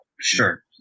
Sure